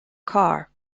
car